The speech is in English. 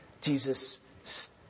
Jesus